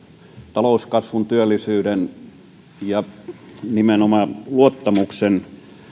talouskasvun työllisyyden ja nimenomaan luottamuksen